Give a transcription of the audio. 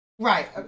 Right